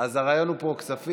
אז הרעיון פה הוא כספים.